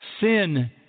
sin